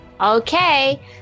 Okay